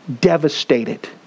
Devastated